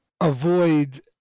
avoid